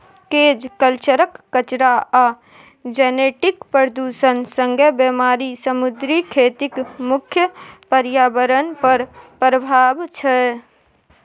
cage कल्चरक कचरा आ जेनेटिक प्रदुषण संगे बेमारी समुद्री खेतीक मुख्य प्रर्याबरण पर प्रभाब छै